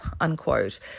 Unquote